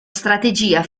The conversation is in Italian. strategia